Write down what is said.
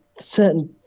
certain